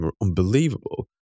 unbelievable